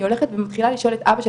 היא הולכת ומתחילה לשאול את אבא שלה,